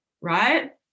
right